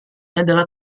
adalah